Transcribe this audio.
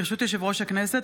ברשות יושב-ראש הכנסת,